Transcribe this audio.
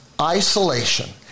isolation